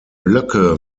blöcke